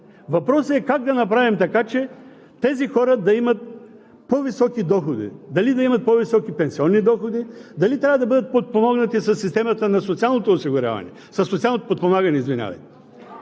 Въпросът е как да направим така, че тези хора да имат по-високи доходи? Дали да имат по-високи пенсионни доходи, дали трябва да бъдат подпомогнати със системата на социалното подпомагане?